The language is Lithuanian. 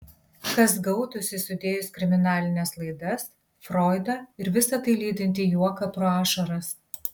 kas gautųsi sudėjus kriminalines laidas froidą ir visa tai lydintį juoką pro ašaras